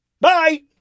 Bye